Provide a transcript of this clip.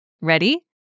Ready